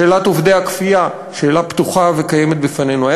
שאלת עובדי הכפייה, שאלה פתוחה וקיימת בפנינו.